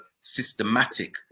systematic